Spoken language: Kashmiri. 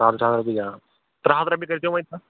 ترٛےٚ ہَتھ رۄپیہِ کٔرۍزیو وۄنۍ